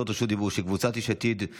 רשות דיבור של קבוצת סיעת יש עתיד,